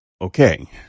okay